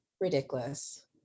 ridiculous